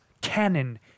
cannon